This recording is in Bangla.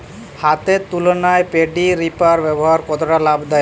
হাতের তুলনায় পেডি রিপার ব্যবহার কতটা লাভদায়ক?